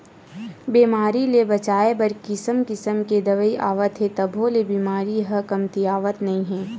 बेमारी ले बचाए बर किसम किसम के दवई आवत हे तभो ले बेमारी ह कमतीयावतन नइ हे